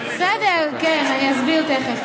בסדר, כן, אני אסביר תכף.